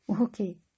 Okay